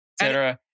cetera